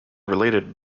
related